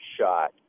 shot